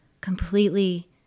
completely